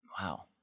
Wow